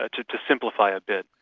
ah to to simplify a bit,